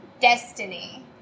destiny